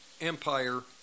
empire